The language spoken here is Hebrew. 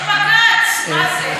יש בג"ץ, מה זה?